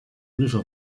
river